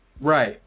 Right